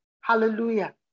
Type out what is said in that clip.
Hallelujah